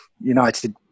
United